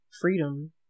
Freedom